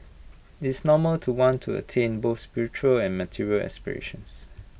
it's normal to want to attain both spiritual and material aspirations